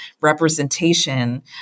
representation